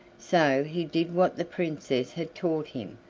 so he did what the princess had taught him,